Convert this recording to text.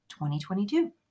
2022